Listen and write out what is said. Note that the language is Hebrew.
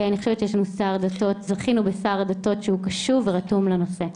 ואני חושבת שזכינו בשר דתות שהוא קשוב ורתום לנושא.